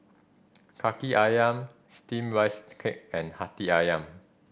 Kaki Ayam steamed rice to cake and Hati Ayam